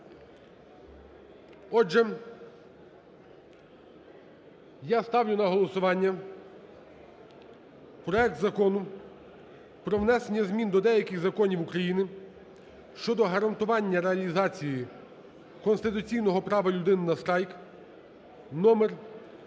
Отже, я ставлю на голосування проект Закону про внесення змін до деяких законів України щодо гарантування реалізації конституційного права людини на страйк (№